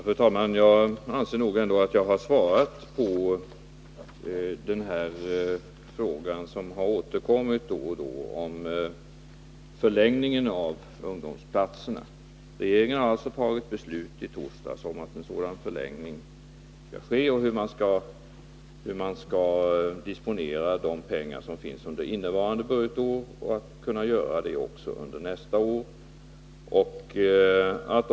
Fru talman! Jag anser nog ändå att jag har svarat på den fråga som återkommit då och då om förlängningen av ungdomsplatserna. Regeringen fattade alltså i torsdags beslut om att en sådan förlängning skall ske och om hur man skall disponera de pengar som finns under innevarande budgetår och under nästa budgetår.